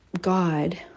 God